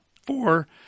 four